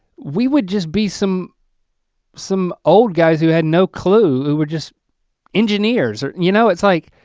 we would just be some some old guys who had no clue we're just engineers and you know it's like,